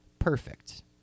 Perfect